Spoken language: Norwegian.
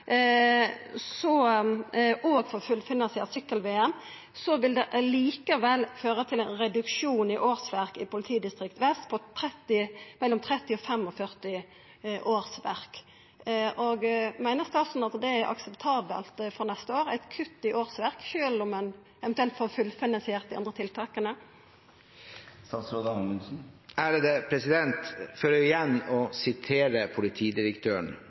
og får fullfinansiert sykkel-VM, vil det likevel føra til ein reduksjon i årsverk i politidistrikt Vest på mellom 30 og 45 årsverk. Meiner statsråden at det er akseptabelt for neste år – eit kutt i årsverk sjølv om ein eventuelt får fullfinansiert dei andre tiltaka?